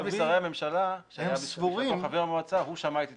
משרי הממשלה שהיה חבר מועצה שמע את התנגדותי.